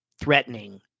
threatening